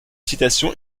citations